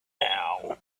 now